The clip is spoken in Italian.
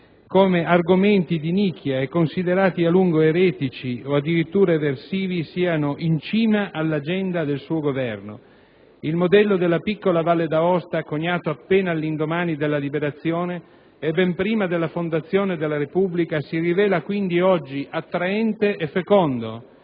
come argomenti di nicchia e considerati a lungo eretici o addirittura eversivi siano in cima all'agenda del suo Governo. Il modello della piccola Valle d'Aosta, coniato appena all'indomani della Liberazione e ben prima della fondazione della Repubblica, si rivela quindi oggi attraente e fecondo.